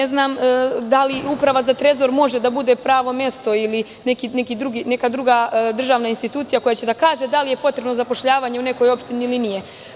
Ne znam da li Uprava za Trezor može da bude pravo mesto ili neka druga državna institucija koja će da kaže da li je potrebno zapošljavanje u nekoj opštini ili nije.